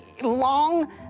Long